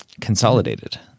Consolidated